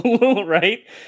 right